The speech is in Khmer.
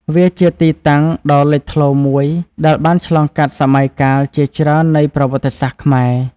វាជាទីតាំងដ៏លេចធ្លោមួយដែលបានឆ្លងកាត់សម័យកាលជាច្រើននៃប្រវត្តិសាស្ត្រខ្មែរ។